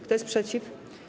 Kto jest przeciw?